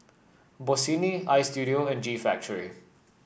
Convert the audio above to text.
Bossini Istudio and G Factory